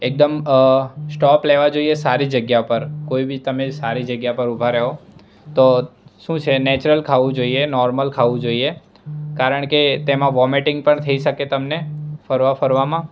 એકદમ સ્ટોપ લેવા જોઈએ સારી જગ્યા પર કોઈ બી તમે સારી જગ્યા પર ઉભા રહો તો શું છે નેચરલ ખાવું જોઈએ નોર્મલ ખાવું જોઈએ કારણકે તેમાં વોમિટિંગ પણ થઈ શકે તમને ફરવા ફરવામાં